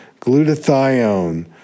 glutathione